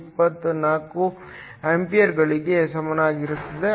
024 ಆಂಪಿಯರ್ಗಳಿಗೆ ಸಮಾನವಾಗಿರುತ್ತದೆ